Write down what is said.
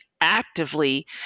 actively